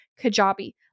Kajabi